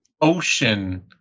ocean